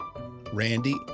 Randy